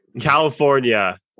California